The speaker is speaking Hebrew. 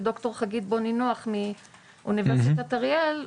של ד"ר חגית בוני נוח מאונ' אריאל,